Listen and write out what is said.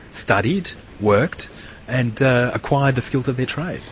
studied, worked and acquired the skills of their trade?